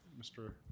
Mr